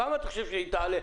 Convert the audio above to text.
כמה אתה חושב שהיא תעלה?